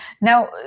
Now